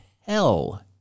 hell